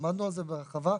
עמדנו על זה בהרחבה.